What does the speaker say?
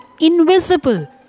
invisible